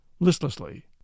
listlessly